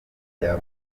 aha